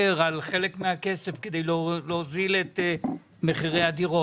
על חלק מהכסף כדי להוזיל את מחירי הדירות.